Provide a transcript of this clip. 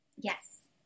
Yes